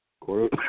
quote